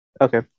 Okay